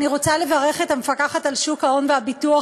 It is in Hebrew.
אני רוצה לברך את המפקחת על שוק ההון והביטוח.